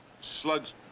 Slugs